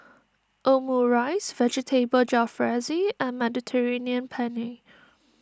Omurice Vegetable Jalfrezi and Mediterranean Penne